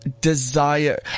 desire